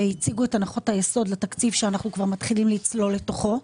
והציגו את הנחות היסוד לתקציב שאנחנו כבר מתחילים לצלול לתוכו.